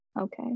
okay